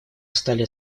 стали